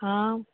आम्